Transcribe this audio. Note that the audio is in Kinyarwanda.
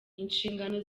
inshingano